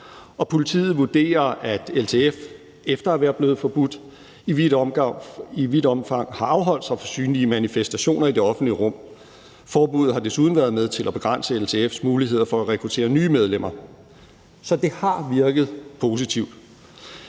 Politiet vurderer, at LTF efter at være blevet forbudt i vidt omfang har afholdt sig fra synlige manifestationer i det offentlige rum. Forbuddet har desuden været med til at begrænse LTF's muligheder for at rekruttere nye medlemmer. Så det har virket positivt.